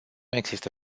există